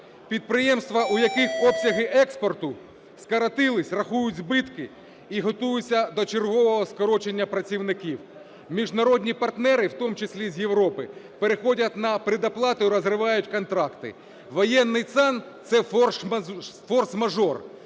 Підприємства, у яких обсяги експорту скоротились, рахують збитки і готуються до чергового скорочення працівників. Міжнародні партнери, в тому числі з Європи, переходять на передоплату і розривають контракти. Воєнний стан – це форс-мажор.